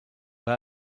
van